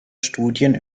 studien